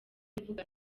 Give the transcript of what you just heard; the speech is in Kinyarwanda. mvuga